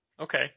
Okay